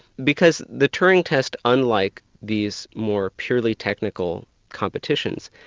because the turing test unlike these more purely technical competitions,